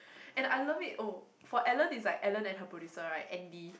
and I love it oh for Ellen it's like Ellen and her producer right Andy